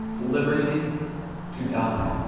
the liberty to die.